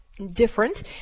different